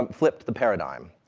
um flipped the paradigm,